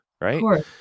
right